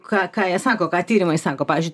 ką ką jie sako ką tyrimai sako pavyzdžiui